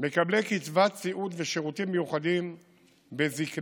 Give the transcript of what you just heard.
מקבלי קצבת סיעוד ושירותים מיוחדים בזקנה,